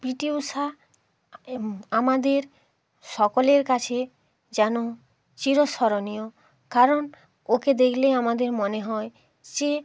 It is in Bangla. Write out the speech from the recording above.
পিটি ঊষা আমাদের সকলের কাছে যেন চিরস্মরণীয় কারণ ওকে দেখলে আমাদের মনে হয় সে